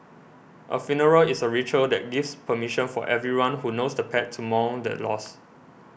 a funeral is a ritual that gives permission for everyone who knows the pet to mourn the loss